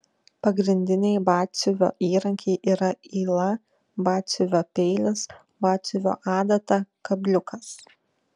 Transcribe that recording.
pagrindiniai batsiuvio įrankiai yra yla batsiuvio peilis batsiuvio adata kabliukas